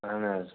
اَہَن حظ